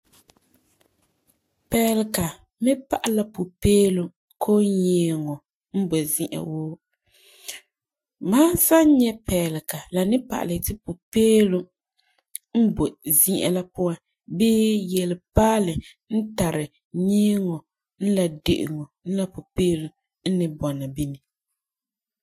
Peelega mi pa'ali la pupeelum koo nyɛɛŋɔ n boi zi'a. Mam san nyɛ peelega la pa'alɛ ti pupeelum n boi zi'a la puan boi zi'an la puan boi yelepaalɛ n tari nyɛɛŋɔ la pupeelum n ni bɔna bini.